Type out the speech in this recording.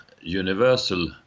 universal